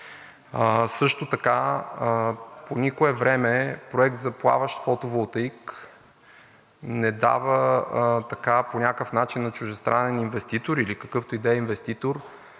Също така по никое време проект за плаващ фотоволтаик не дава по някакъв начин на чуждестранен инвеститор или какъвто и да е инвеститор